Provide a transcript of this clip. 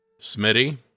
Smitty